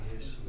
Yes